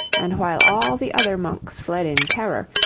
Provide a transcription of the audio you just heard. and while all the other monks fled in terror,